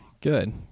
Good